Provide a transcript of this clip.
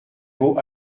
vaut